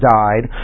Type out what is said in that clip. died